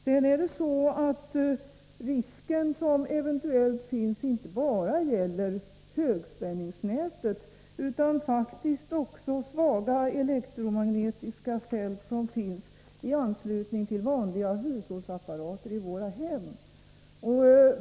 Den risk som eventuellt finns gäller inte bara högspänningsnät utan faktiskt också svaga elektromagnetiska fält som finns i anslutning till vanliga hushållsapparater i våra hem.